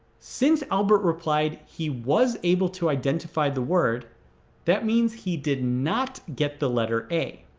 since albert replied he was able to identify the word that means he did not get the letter a